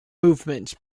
movements